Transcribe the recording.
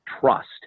trust